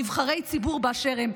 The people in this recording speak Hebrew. נבחרי ציבור באשר הם.